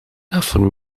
davon